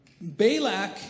Balak